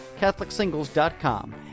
catholicsingles.com